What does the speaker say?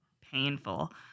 painful